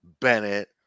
Bennett